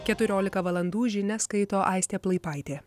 keturiolika valandų žinias skaito aistė plaipaitė